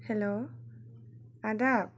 हेल' आदा